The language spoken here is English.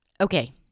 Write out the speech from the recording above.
Okay